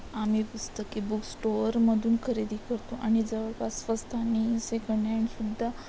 आम्ही पुस्तके बुक स्टोअरमधून खरेदी करतो आणि जवळपास फस्त आणि सेकंड हँडसुद्धा